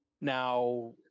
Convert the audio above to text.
Now